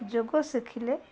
ଯୋଗ ଶିଖିଲେ